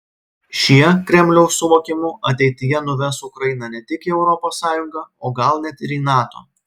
šie kremliaus suvokimu ateityje nuves ukrainą ne tik į europos sąjungą o gal net ir į nato